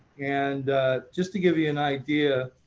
and just to give you an idea,